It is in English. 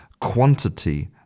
quantity